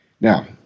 Now